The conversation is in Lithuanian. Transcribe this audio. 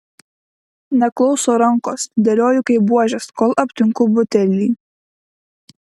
neklauso rankos dėlioju kaip buožes kol aptinku butelį